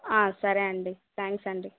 సరే అండి థ్యాంక్స్ అండి